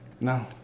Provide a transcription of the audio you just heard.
No